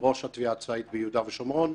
האחרון: ראש התביעה הצבאית ביהודה ושומרון,